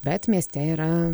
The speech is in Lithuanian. bet mieste yra